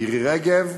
מירי רגב,